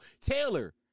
Taylor